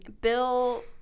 Bill